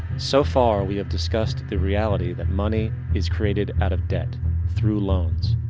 so far we have discussed the reality that money is created out of debt through loans.